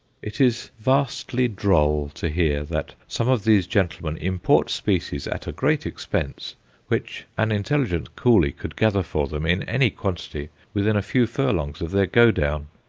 it is vastly droll to hear that some of these gentlemen import species at a great expense which an intelligent coolie could gather for them in any quantity within a few furlongs of their go-down!